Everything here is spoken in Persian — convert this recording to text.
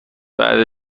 بعد